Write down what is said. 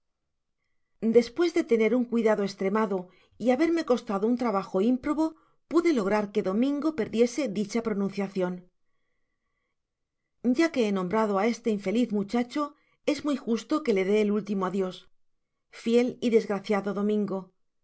despues de tener un cuidado estremado y haberme costado un trabajo ímprobo pude lograr que domingo perdiese dicha pronunciacion ya que he nombrado á este infeliz muchacho es muy justo que le dé el último adios fiel y desgraciado domingo